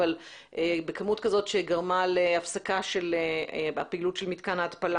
אבל בכמות כזאת שגרמה להפסקה של הפעילות של מתקן ההתפלה